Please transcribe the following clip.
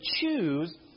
choose